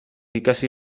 ikasi